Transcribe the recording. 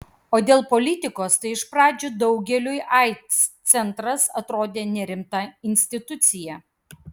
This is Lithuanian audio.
o dėl politikos tai iš pradžių daugeliui aids centras atrodė nerimta institucija